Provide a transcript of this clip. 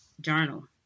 journal